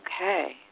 Okay